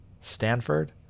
Stanford